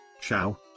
Ciao